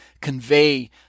convey